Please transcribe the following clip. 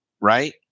right